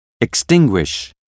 extinguish